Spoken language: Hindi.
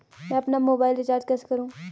मैं अपना मोबाइल रिचार्ज कैसे करूँ?